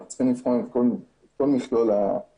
אנחנו צריכים לבחון את כל מכלול האפשרויות